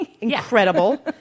Incredible